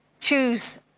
choose